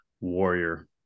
warrior